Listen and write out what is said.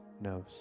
knows